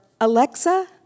Alexa